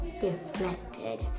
deflected